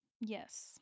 Yes